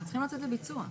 אתם צריכים לצאת לביצוע.